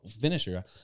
finisher